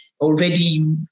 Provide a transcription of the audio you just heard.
Already